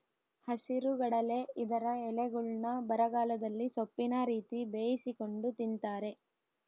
ಹಸಿರುಗಡಲೆ ಇದರ ಎಲೆಗಳ್ನ್ನು ಬರಗಾಲದಲ್ಲಿ ಸೊಪ್ಪಿನ ರೀತಿ ಬೇಯಿಸಿಕೊಂಡು ತಿಂತಾರೆ